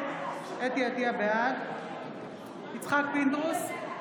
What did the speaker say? בעד יצחק פינדרוס,